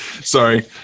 Sorry